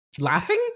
Laughing